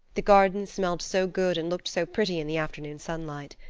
the garden smelled so good and looked so pretty in the afternoon sunlight.